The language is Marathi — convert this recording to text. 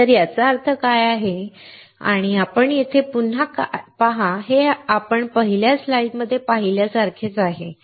तर याचा अर्थ काय आहे आणि आपण येथे पुन्हा पहा हे आपण पहिल्या स्लाइडमध्ये पाहिलेल्यासारखेच आहे